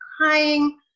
crying